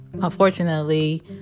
unfortunately